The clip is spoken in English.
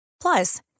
Plus